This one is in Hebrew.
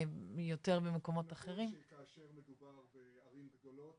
נכון שלממשלה יש פחות שליטה על קופות החולים,